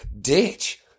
ditch